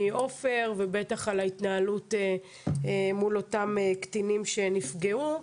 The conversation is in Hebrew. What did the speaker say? עופר ובטח על ההתנהלות מול אותם קטינים שנפגעו,